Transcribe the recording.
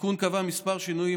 התיקון קבע כמה שינויים,